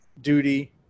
duty